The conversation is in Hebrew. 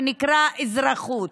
שנקרא אזרחות?